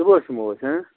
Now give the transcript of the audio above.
صُبحس یِمو أسۍ